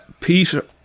Peter